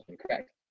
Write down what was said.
correct